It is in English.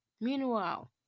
Meanwhile